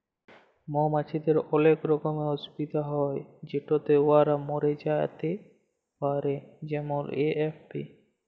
মমাছিদের অলেক রকমের অসুখ হ্যয় যেটতে উয়ারা ম্যইরে যাতে পারে যেমল এ.এফ.বি